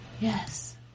Yes